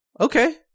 Okay